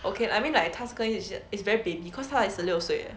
okay lah I mean like 她歌 is is very baby cause 他才十六岁